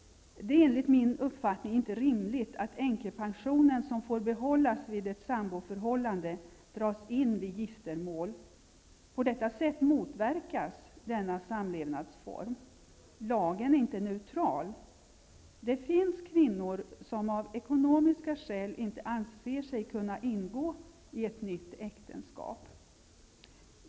Det är enligt min uppfattning inte rimligt att änkepensionen, som får behållas vid ett samboförhållande, dras in vid giftermål. På detta sätt motverkas denna samlevnadsform. Lagen är inte neutral. Det finns kvinnor som av ekonomiska skäl anser sig inte kunna ingå ett nytt äktenskap.